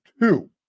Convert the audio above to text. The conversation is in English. two